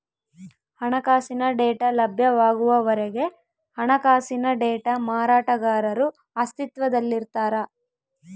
ಹಣಕಾಸಿನ ಡೇಟಾ ಲಭ್ಯವಾಗುವವರೆಗೆ ಹಣಕಾಸಿನ ಡೇಟಾ ಮಾರಾಟಗಾರರು ಅಸ್ತಿತ್ವದಲ್ಲಿರ್ತಾರ